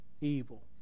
evil